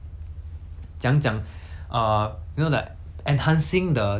enhancing the dancing platform like to make dancing a